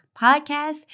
podcast